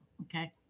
Okay